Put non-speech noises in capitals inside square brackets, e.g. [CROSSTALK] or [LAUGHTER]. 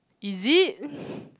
is it [BREATH]